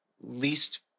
least